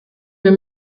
wir